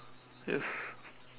yes